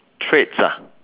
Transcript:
traits ah